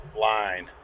line